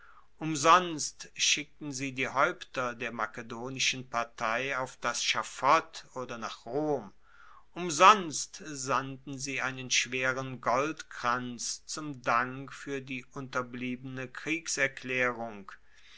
umsonst schickten sie die haeupter der makedonischen partei auf das schafott oder nach rom umsonst sandten sie einen schweren goldkranz zum dank fuer die unterbliebene